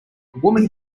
woman